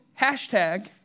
hashtag